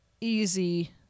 easy